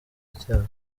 icyaha